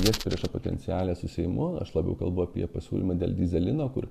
priešpriešą potencialią su seimu aš labiau kalbu apie pasiūlymą dėl dyzelino kur